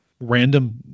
random